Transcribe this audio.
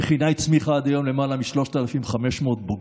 המכינה הצמיחה עד היום למעלה מ-3,500 בוגרים,